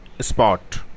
spot